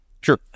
Sure